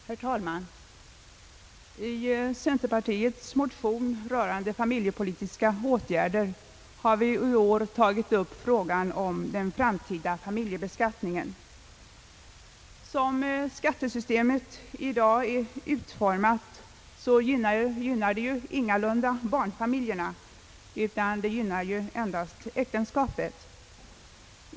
Herr talman! I centerpartiets motion rörande familjepolitiska åtgärder har vi i år tagit upp frågan om den framtida beskattningen. Som skattesystemet i dag är utformat, gynnar det ju ingalunda barnfamiljerna, utan det gynnar endast äktenskapet.